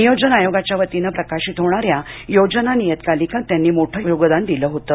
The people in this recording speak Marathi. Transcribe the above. नियोजन आयोगाच्या वतीनं प्रकाशित होणाऱ्या योजना नियतकालिकात त्यांनी मोठं योगदान दिलं होतं